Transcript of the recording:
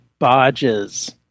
bodges